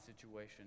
situation